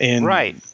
Right